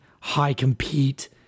high-compete